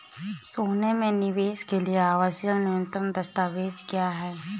सोने में निवेश के लिए आवश्यक न्यूनतम दस्तावेज़ क्या हैं?